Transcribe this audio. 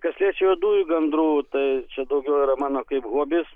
kas liečia juodųjų gandrų tai čia daugiau yra mano kaip hobis